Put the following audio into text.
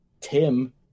Tim